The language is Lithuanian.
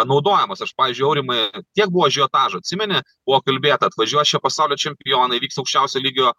naudojamas aš pavyzdžiui aurimai kiek buvo ažiotažo atsimeni buvo kalbėta atvažiuos čia pasaulio čempionai vyks aukščiausio lygio